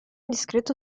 discreto